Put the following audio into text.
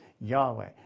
Yahweh